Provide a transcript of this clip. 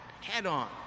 head-on